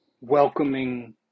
welcoming